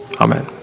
Amen